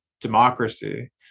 democracy